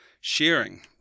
sharing